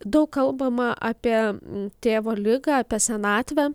daug kalbama apie tėvo ligą apie senatvę